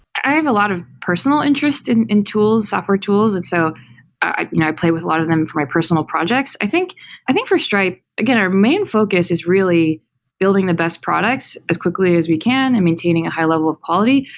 i have a lot of personal interest in in tools, software tools. and so i you know play with a lot of them for my personal projects. i think i think for stripe, again our main focus is really building the best products as quickly as we can and maintaining a high-level of quality.